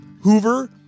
hoover